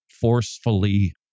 forcefully